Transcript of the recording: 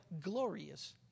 glorious